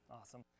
Awesome